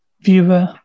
viewer